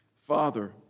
Father